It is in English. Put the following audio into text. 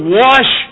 wash